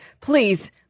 Please